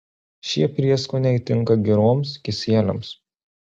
šie prieskoniai tinka giroms kisieliams